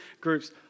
groups